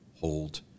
hold